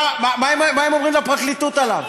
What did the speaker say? מה הם אומרים לפרקליטות עליו?